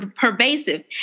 pervasive